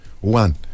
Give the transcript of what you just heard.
One